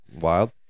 Wild